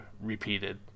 repeated